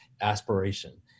aspiration